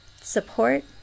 support